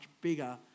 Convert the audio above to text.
bigger